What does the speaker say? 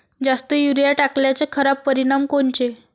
जास्त युरीया टाकल्याचे खराब परिनाम कोनचे?